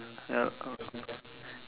yeah uh